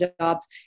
jobs